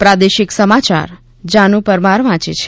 પ્રાદેશિક સમાચાર જાનુ પરમાર વાંચે છે